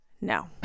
No